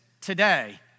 today